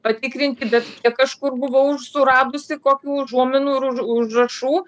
patikrinti bet kažkur buvau ir suradusi kokių užuominų ir už užrašų